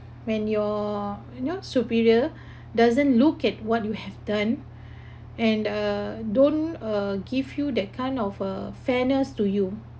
when your you know superior doesn't look at what you have done and uh don't uh give you that kind of uh fairness to you